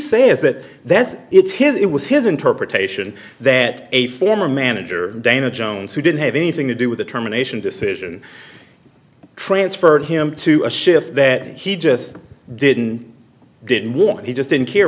says that that's it's his it was his interpretation that a former manager dana jones who didn't have anything to do with the terminations decision transferred him to a shift that he just didn't didn't want he just didn't care